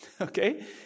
Okay